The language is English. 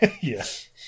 Yes